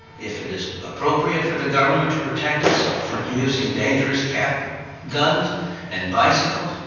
if it is appropriate for the government to protect us from using dangerous cap guns and bicycles,